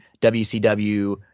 WCW